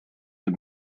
the